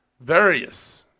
Various